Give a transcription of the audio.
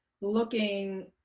looking